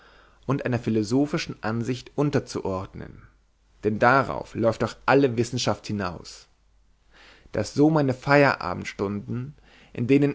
und einer philosophischen ansicht unterzuordnen denn darauf läuft doch alle wissenschaft hinaus daß so meine feierabendstunden in denen